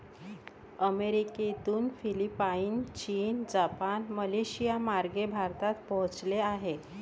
अमेरिकेतून फिलिपाईन, चीन, जपान, मलेशियामार्गे भारतात पोहोचले आहे